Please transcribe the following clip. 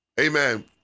Amen